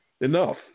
enough